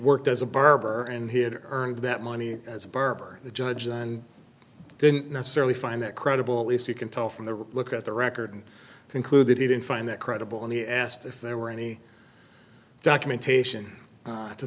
worked as a barber and he had earned that money as a barber the judge and didn't necessarily find that credible at least you can tell from the look at the record and conclude that he didn't find that credible and he asked if there were any documentation